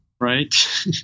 Right